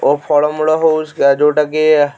ଓ ଫଳ ମୂଳ ହଉ ଯେଉଁଟା କି